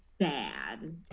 sad